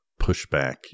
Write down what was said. pushback